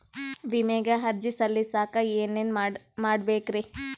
ವಿಮೆಗೆ ಅರ್ಜಿ ಸಲ್ಲಿಸಕ ಏನೇನ್ ಮಾಡ್ಬೇಕ್ರಿ?